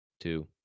Two